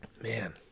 Man